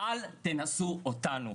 אל תנסו אותנו,